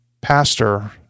pastor